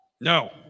No